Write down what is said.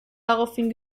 daraufhin